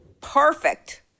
perfect